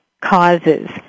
causes